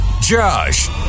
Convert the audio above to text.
Josh